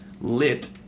lit